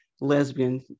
lesbian